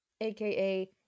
aka